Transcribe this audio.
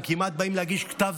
הם כמעט באים להגיש כתב,